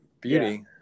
beauty